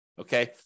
Okay